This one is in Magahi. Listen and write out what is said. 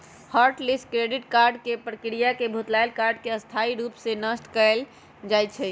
हॉट लिस्ट डेबिट कार्ड प्रक्रिया से भुतलायल कार्ड के स्थाई रूप से नष्ट कएल जाइ छइ